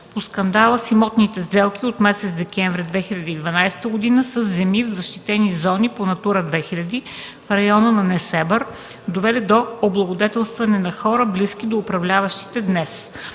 по скандала с имотните сделки от месец декември 2012 г. със земи в защитени зони по Натура 2000 в района на Несебър, довели до облагодетелстване на хора, близки до управляващите днес